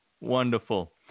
Wonderful